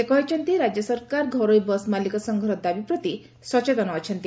ସେ କହିଛନ୍ତି ରାଜ୍ୟ ସରକାର ଘରୋଇ ବସ୍ ମାଲିକ ସଂଘର ଦାବିପ୍ରତି ସଚେତନ ଅଛନ୍ତି